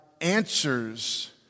answers